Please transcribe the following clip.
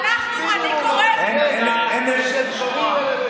אני קוראת מפה,